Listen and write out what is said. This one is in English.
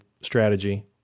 strategy